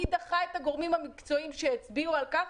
מי דחה את הגורמים המקצועיים שהצביעו על כך?